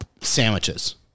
sandwiches